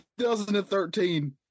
2013